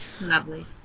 Lovely